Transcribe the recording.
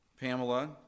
Pamela